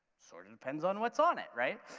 sort of depends on what's on it, right?